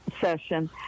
session